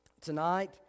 Tonight